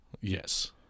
yes